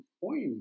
point